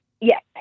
yes